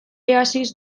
haziz